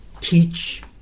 teach